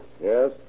Yes